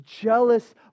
jealous